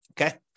Okay